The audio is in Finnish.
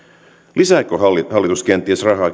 lisääkö hallitus kenties rahaa